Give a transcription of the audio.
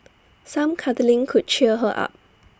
some cuddling could cheer her up